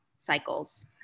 Cycles